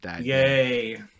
Yay